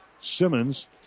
Simmons